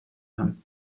him